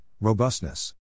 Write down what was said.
robustness